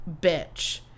bitch